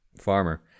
farmer